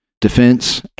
defense